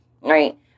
right